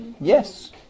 Yes